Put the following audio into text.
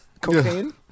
Cocaine